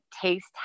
taste